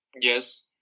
yes